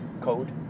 Code